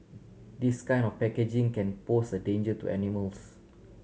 this kind of packaging can pose a danger to animals